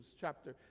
chapter